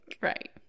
right